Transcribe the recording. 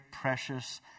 precious